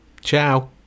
ciao